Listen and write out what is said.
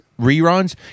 reruns